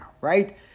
right